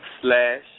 Slash